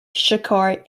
shekhar